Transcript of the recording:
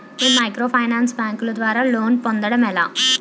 నేను మైక్రోఫైనాన్స్ బ్యాంకుల ద్వారా లోన్ పొందడం ఎలా?